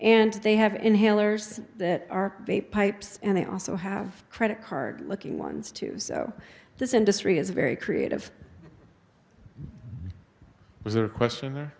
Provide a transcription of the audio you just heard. and they have inhalers that are they pipes and they also have credit card looking ones too so this industry is very creative